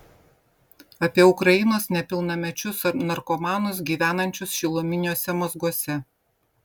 apie ukrainos nepilnamečius narkomanus gyvenančius šiluminiuose mazguose